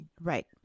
Right